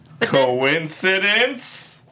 Coincidence